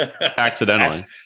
accidentally